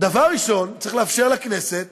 דבר ראשון, צריך לאפשר לכנסת